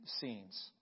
scenes